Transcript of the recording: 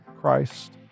Christ